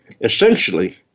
Essentially